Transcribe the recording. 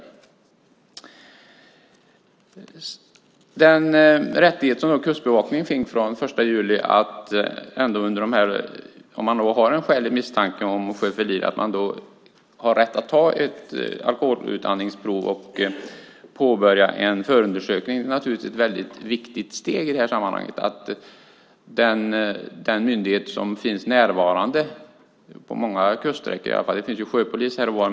Från den 1 juli har Kustbevakningen, om skälig misstanke om sjöfylleri föreligger, rätt att ta ett alkoholutandningsprov och att påbörja en förundersökning. Det är naturligtvis ett väldigt viktigt steg i sammanhanget att en myndighet finns närvarande på många kuststräckor. Sjöpolis finns här och var.